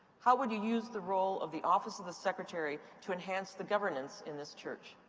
how would you use the role of the office of the secretary to enhance the governance in this church?